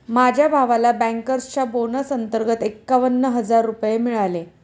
माझ्या भावाला बँकर्सच्या बोनस अंतर्गत एकावन्न हजार रुपये मिळाले